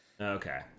Okay